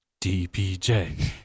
DPJ